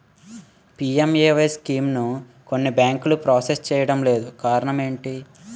PMAY స్కీమును కొన్ని బ్యాంకులు ప్రాసెస్ చేయడం లేదు కారణం ఏమిటి?